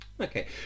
Okay